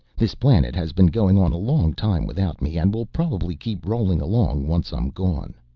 this planet has been going on a long time without me, and will probably keep rolling along once i'm gone.